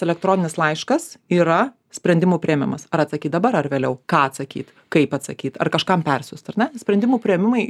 elektroninis laiškas yra sprendimų priėmimas ar atsakyt dabar ar vėliau ką atsakyt kaip atsakyt ar kažkam persiųst ar ne sprendimų priėmimai